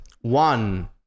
one